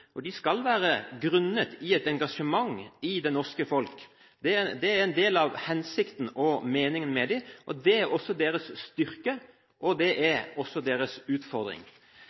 og de skal være grunnet i et engasjement i det norske folk. Det er en del av hensikten og meningen med dem, og det er også deres styrke og utfordring. Det betyr at tanken i utgangspunktet er